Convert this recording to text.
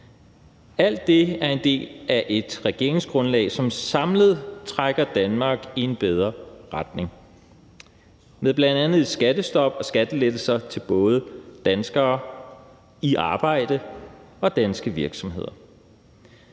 Alt det er en del af et regeringsgrundlag, som samlet trækker Danmark i en bedre retning med bl.a. et skattestop og skattelettelser til både danskere i arbejde og danske virksomheder.